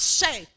say